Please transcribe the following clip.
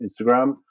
instagram